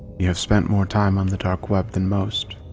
you have spent more time on the dark web than most.